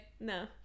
no